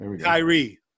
Kyrie